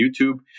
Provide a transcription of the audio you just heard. YouTube